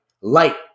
light